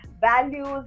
values